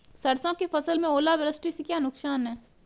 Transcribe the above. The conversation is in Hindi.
सरसों की फसल में ओलावृष्टि से क्या नुकसान है?